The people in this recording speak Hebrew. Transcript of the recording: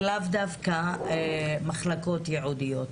ולאו דווקא מחלקות ייעודיות.